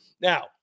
Now